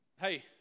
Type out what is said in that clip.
Hey